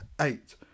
eight